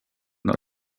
not